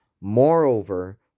Moreover